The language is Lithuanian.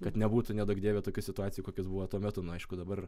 kad nebūtų neduok dieve tokių situacijų kokios buvo tuo metu nu aišku dabar